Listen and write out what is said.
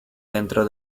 dentro